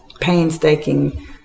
painstaking